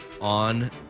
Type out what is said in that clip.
on